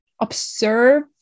observe